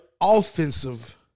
offensive